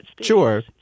sure